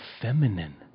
feminine